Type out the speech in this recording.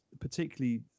particularly